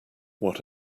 what